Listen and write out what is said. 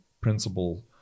principle